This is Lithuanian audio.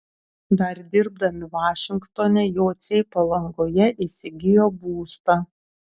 dar dirbdami vašingtone jociai palangoje įsigijo būstą